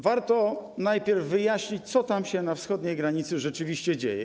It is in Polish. Warto najpierw wyjaśnić, co tam, na wschodniej granicy rzeczywiście się dzieje.